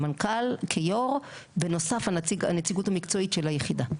המנכ"ל כיו"ר, בנוסף הנציגות המקצועית של היחידה.